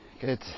Good